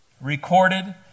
recorded